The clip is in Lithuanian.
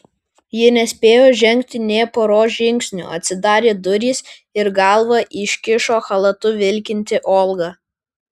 ji nespėjo žengti nė poros žingsnių atsidarė durys ir galvą iškišo chalatu vilkinti olga